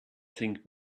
think